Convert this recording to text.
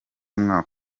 umwaka